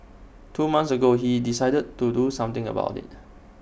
two months ago he decided to do something about IT